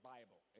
Bible